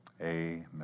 amen